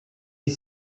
est